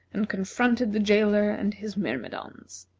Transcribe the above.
and confronted the jailer and his myrmidons.